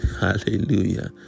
Hallelujah